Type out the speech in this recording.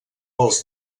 els